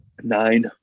nine